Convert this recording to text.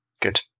Good